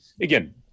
again